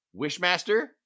Wishmaster